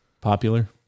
popular